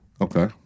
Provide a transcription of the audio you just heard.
Okay